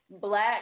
black